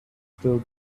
still